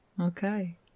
Okay